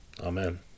Amen